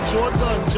Jordan